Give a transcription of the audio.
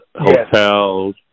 hotels